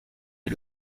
est